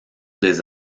des